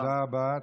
תודה רבה.